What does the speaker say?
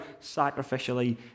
sacrificially